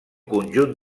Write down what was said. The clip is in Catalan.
conjunt